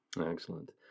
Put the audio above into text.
Excellent